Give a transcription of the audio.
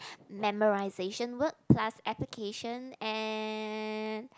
memorization work plus application and